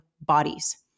bodies